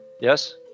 Yes